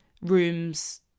rooms